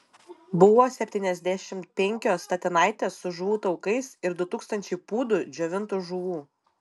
buvo septyniasdešimt penkios statinaitės su žuvų taukais ir du tūkstančiai pūdų džiovintų žuvų